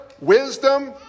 wisdom